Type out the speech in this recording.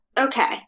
Okay